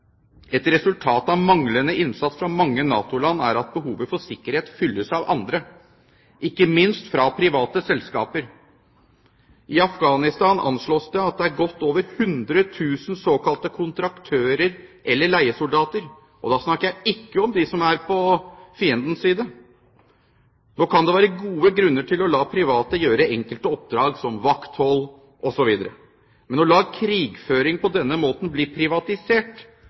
Et resultat av manglende innsats fra mange NATO-land er at behovet for sikkerhet fylles av andre, ikke minst fra private selskaper. I Afghanistan anslås det at det er godt over 100 000 såkalte kontraktører eller leiesoldater, og da snakker jeg ikke om de som er på fiendens side. Nå kan det være gode grunner til å la private gjøre enkelte oppdrag som vakthold osv., men å la krigføring på denne måten bli privatisert